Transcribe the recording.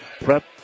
Prep